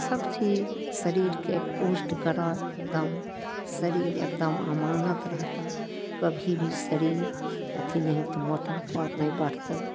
सब चीज शरीरके पुष्ट करऽ एकदम शरीर एकदम अमानत रहतह कभी भी शरीर अथी नहि हेतय मोटापा नहि बढ़तइ